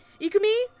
Ikumi